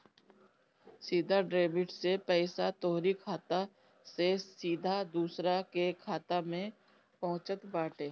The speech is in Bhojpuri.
सीधा डेबिट से पईसा तोहरी खाता से सीधा दूसरा के खाता में पहुँचत बाटे